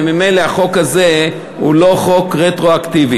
וממילא החוק הזה הוא לא חוק רטרואקטיבי.